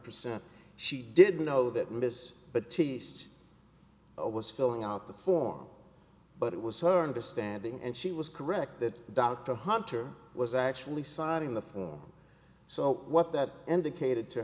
percent she did know that miss but teased was filling out the form but it was her understanding and she was correct that dr hunter was actually signing the form so what that indicated to